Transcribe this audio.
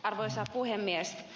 arvoisa puhemies